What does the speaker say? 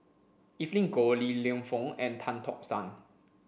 Evelyn Goh Li Lienfung and Tan Tock San